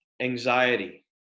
anxiety